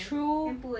true